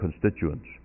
constituents